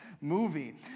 movie